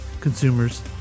consumers